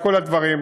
עם כל הדברים,